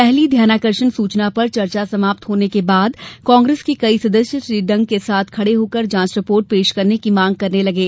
पहली ध्यानाकर्षण सूचना पर चर्चा समाप्त होने के बाद कांग्रेस के कई सदस्य श्री डंग के साथ खड़े होकर जांच रिपोर्ट पेश करने की मांग करने लगे